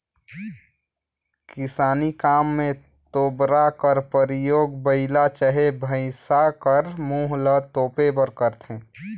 किसानी काम मे तोबरा कर परियोग बइला चहे भइसा कर मुंह ल तोपे बर करथे